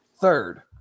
third